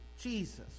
Jesus